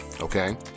okay